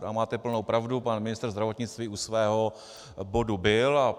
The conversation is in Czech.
A máte plnou pravdu, pan ministr zdravotnictví u svého bodu byl.